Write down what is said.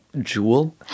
jewel